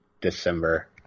December